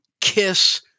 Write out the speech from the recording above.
kiss